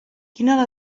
quina